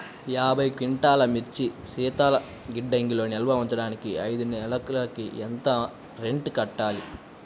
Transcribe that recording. యాభై క్వింటాల్లు మిర్చి శీతల గిడ్డంగిలో నిల్వ ఉంచటానికి ఐదు నెలలకి ఎంత రెంట్ కట్టాలి?